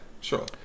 Sure